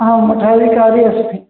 अहं धर्माधिकारी अस्ति